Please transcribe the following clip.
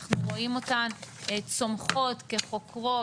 אנחנו רואים אותן צומחות כחוקרות,